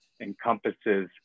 encompasses